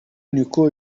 niko